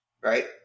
Right